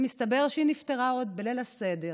ומסתבר שהיא נפטרה עוד בליל הסדר,